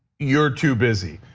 you're too busy.